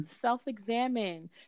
self-examine